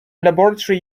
laboratory